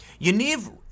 Yaniv